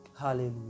Hallelujah